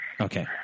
Okay